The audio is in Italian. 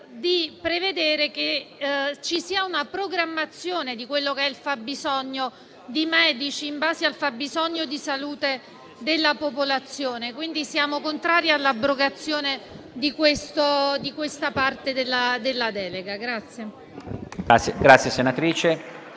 di prevedere che ci sia una programmazione del fabbisogno di medici in base al fabbisogno di salute della popolazione. Per queste ragioni siamo contrari all'abrogazione di questa parte della delega.